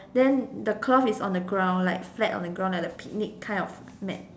then the cloth is on the ground like flat on the ground like the picnic kind of mat